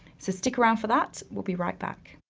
so stick around for that, we'll be right back.